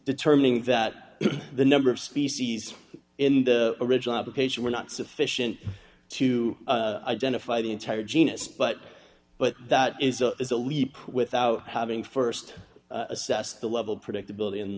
determining that the number of species in the original application were not sufficient to identify the entire genus but but that is a is a leap without having st assess the level predictability